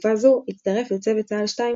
בתקופה זו הצטרף לצוות צה"ל 2,